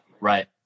right